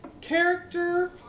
character